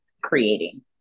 creating